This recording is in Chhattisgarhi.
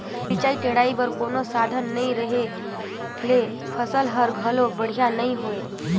सिंचई टेड़ई बर कोनो साधन नई रहें ले फसल हर घलो बड़िहा नई होय